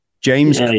James